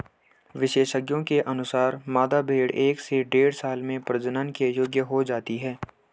विशेषज्ञों के अनुसार, मादा भेंड़ एक से डेढ़ साल में प्रजनन के योग्य हो जाती है